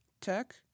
Tech